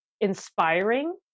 inspiring